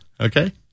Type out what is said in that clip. Okay